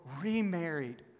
remarried